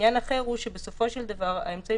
עניין אחר הוא שבסופו של דבר האמצעים